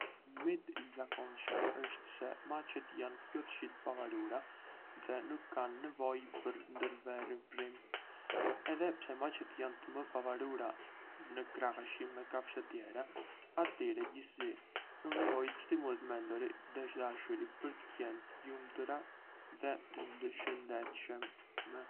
Një mit i zakonshëm është se macet janë plotësisht të pavarura dhe nuk kanë nevojë për ndërveprim. Edhe pse macet janë më të pavarura në krahasim me kafshët e tjera, atyre gjithsesi u nevojitet stimulim mendor dhe dashuri për të qenë të lumtura dhe të shëndetshme.